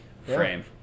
Frame